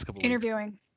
interviewing